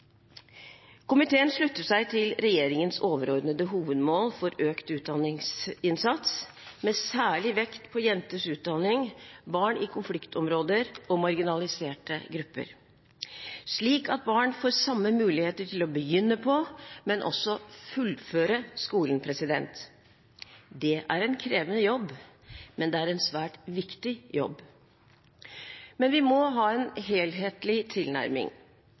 Komiteen slutter seg til regjeringens overordnede hovedmål for økt utdanningsinnsats – med særlig vekt på jenters utdanning, barn i konfliktområder og marginaliserte grupper, slik at barn får samme muligheter til å begynne på, men også til å fullføre skolen. Det er en krevende jobb, men det er en svært viktig jobb. Men vi må ha en helhetlig tilnærming